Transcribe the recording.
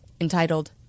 entitled